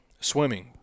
swimming